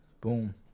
Boom